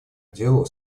делу